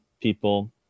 people